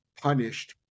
punished